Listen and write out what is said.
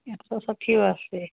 এশ ষাঠিও আছে